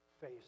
face